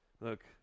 Look